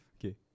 Okay